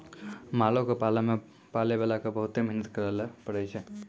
मालो क पालै मे पालैबाला क बहुते मेहनत करैले पड़ै छै